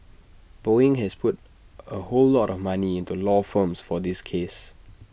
boeing has put A whole lot of money into law firms for this case